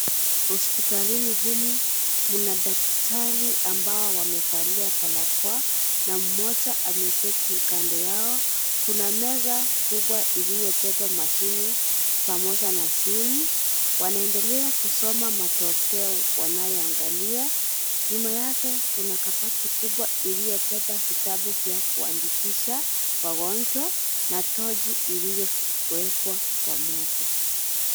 Hospitalini humu, mna daktari ambao wamevalia barakoa na mmoja ameketi kando yao. Kuna meza kubwa iliyobeba mashine, pamoja na simu. Wanaendelea kusoma matokeo wanayoangalia. Nyuma yake kuna kabati kubwa iliyobeba vitabu vya kuandikisha wagonjwa na tochi iliyowekwa kwa moto.